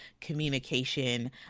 communication